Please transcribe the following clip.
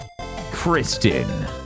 Kristen